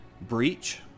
Breach